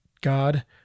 God